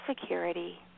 security